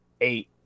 Eight